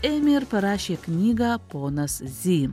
ėmė ir parašė knygą ponas zy